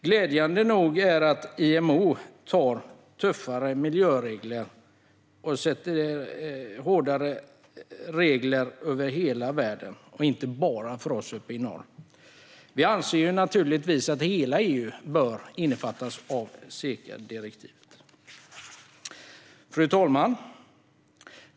Glädjande är att IMO inför tuffare miljöregler över hela världen, inte bara för oss uppe i norr. Vi anser naturligtvis att hela EU bör omfattas av SECA-direktivet. Fru talman!